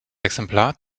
exemplar